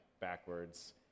backwards